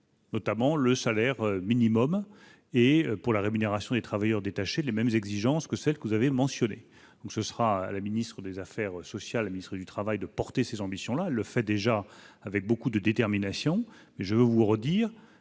Notamment, le salaire minimum et pour la rémunération des travailleurs détachés les mêmes exigences que celle que vous avez mentionné, donc ce sera à la ministre des Affaires sociales, le ministre du Travail de porter ses ambitions là le fait déjà avec beaucoup de détermination, mais je veux vous redire